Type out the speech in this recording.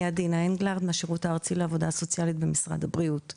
אני עדינה אנגלרד מהשירות הארצי לעבודה סוציאלית במשרד הבריאות.